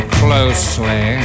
closely